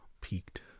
piqued